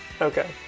Okay